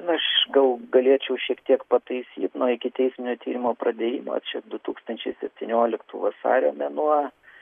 aš gal galėčiau šiek tiek pataisyt nuo ikiteisminio tyrimo pradėjimo čia du tūkstančiai septynioliktų vasario mėnuo